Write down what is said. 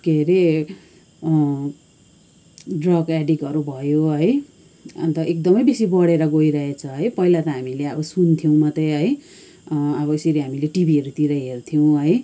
के अरे ड्रग एडिक्टहरू भयो है अन्त एकदमै बेसी बढेर गइरहेछ है पहिला त हामीले अब सुन्थ्यौँ मात्रै है अब यसरी हामीले टिभीहरूतिर हेर्थ्यौँ है